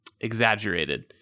exaggerated